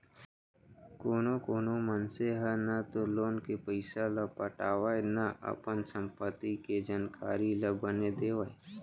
कानो कोनो मनसे ह न तो लोन के पइसा ल पटावय न अपन संपत्ति के जानकारी ल बने देवय